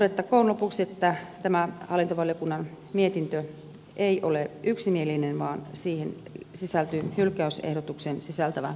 todettakoon lopuksi että tämä hallintovaliokunnan mietintö ei ole yksimielinen vaan siihen sisältyy hylkäysehdotuksen sisältävä vastalause